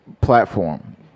platform